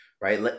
right